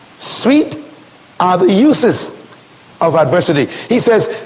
sweet are the uses of adversity, he says,